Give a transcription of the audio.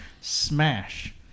Smash